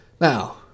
Now